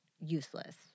useless